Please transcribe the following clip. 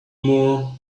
more